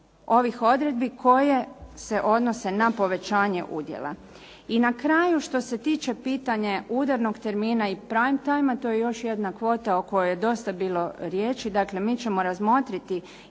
odredbi koje se odnose na povećanje udjela. I na kraju što se tiče pitanja udarnog termina i prime timea to je još jedna kvota o kojoj je dosta bilo riječi. Dakle, mi ćemo razmotriti